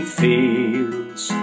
fields